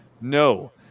No